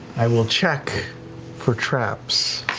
i will check for traps.